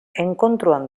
enkontruan